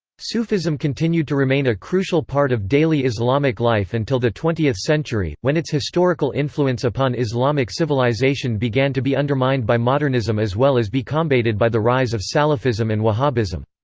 sufism continued to remain a crucial part of daily islamic life until the twentieth century, when its historical influence upon islamic civilization began to be undermined by modernism as well as be combated by the rise of salafism and wahhabism.